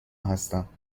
هستم